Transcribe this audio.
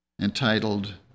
entitled